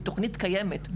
היא תוכנית קיימת,